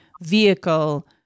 vehicle